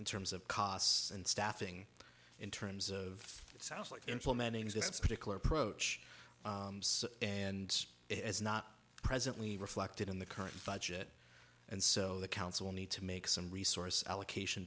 in terms of costs and staffing in terms of it sounds like implementing this particular approach and it's not presently reflected in the current budget and so the council need to make some resource allocation